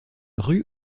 rue